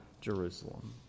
Jerusalem